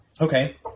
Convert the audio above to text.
Okay